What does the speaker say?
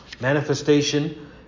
manifestation